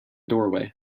doorway